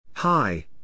Hi